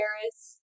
Paris